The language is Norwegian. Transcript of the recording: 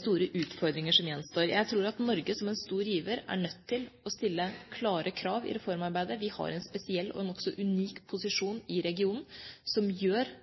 store utfordringer, og jeg tror at Norge som en stor giver er nødt til å stille klare krav i reformarbeidet. Vi har en spesiell og nokså unik posisjon i regionen som gjør at vi kan stille krav, både i FN-systemet og også